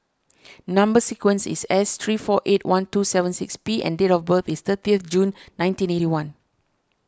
Number Sequence is S three four eight one two seven six P and date of birth is thirty June nineteen eighty one